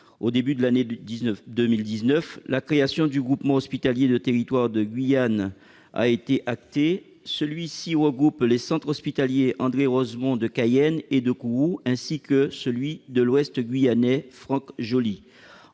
a été pris acte de la création du groupement hospitalier de territoire de Guyane, le GHTG. Celui-ci regroupe le centre hospitalier Andrée Rosemon de Cayenne, celui de Kourou, ainsi que celui de l'ouest guyanais Franck Joly.